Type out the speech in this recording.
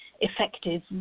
effective